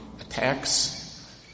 attacks